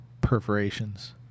perforations